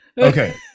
Okay